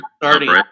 starting